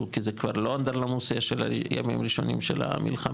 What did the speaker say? כי זה כבר לא אנדרלמוסיה של הימים הראשונים של המלחמה.